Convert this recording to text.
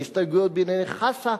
והסתייגויות בענייני חסה,